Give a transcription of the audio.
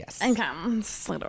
yes